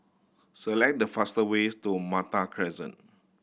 select the fast ways to Malta Crescent